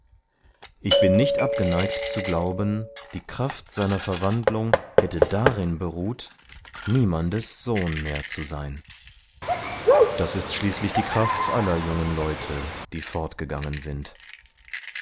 ich bin nicht abgeneigt zu glauben die kraft seiner verwandlung hätte darin beruht niemandes sohn mehr zu sein das ist schließlich die kraft aller jungen leute die fortgegangen sind